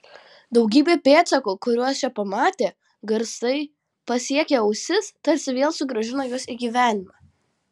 daugybė pėdsakų kuriuos čia pamatė garsai pasiekę ausis tarsi vėl sugrąžino juos į gyvenimą